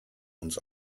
uns